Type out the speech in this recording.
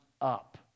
up